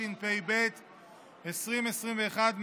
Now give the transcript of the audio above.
התשפ"ב 2021,